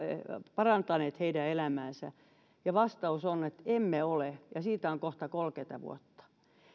parantaneet heidän elämäänsä vastaus on että emme ole ja siitä on kohta kolmekymmentä vuotta